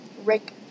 Rick